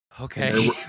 Okay